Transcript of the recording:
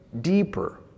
deeper